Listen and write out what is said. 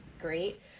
great